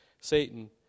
Satan